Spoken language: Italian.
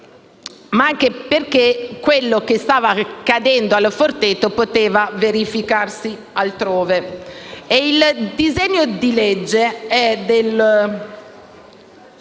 anche perché quello che stava accadendo al Forteto poteva verificarsi altrove. Ebbene, il disegno di legge è del